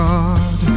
God